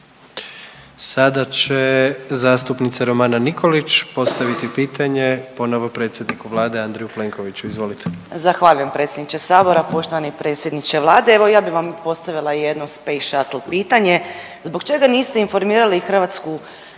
Sada će zastupnica Romana Nikolić postaviti pitanje ponovo predsjedniku Vlade, Andreju Plenkoviću, izvolite. **Nikolić, Romana (Nezavisni)** Zahvaljujem predsjedniče Sabora, poštovani predsjedniče Vlade. Evo ja bih vam postavila jedno space shuttle pitanje. Zbog čega niste informirali hrvatsku javnost